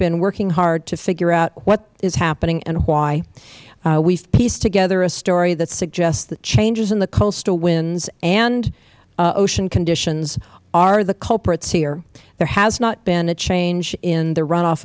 been working hard to figure out what is happening and why we have pieced together a story that suggests that changes in the coastal winds and ocean conditions are the culprits here there has not been a change in the runoff